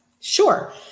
Sure